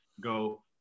go